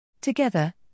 Together